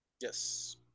Yes